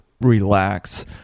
relax